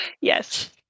Yes